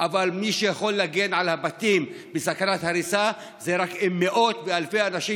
אבל מה שיכול להגן על הבתים מסכנת הריסה זה רק אם מאות ואלפי אנשים